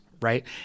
right